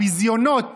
הביזיונות